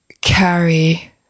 carry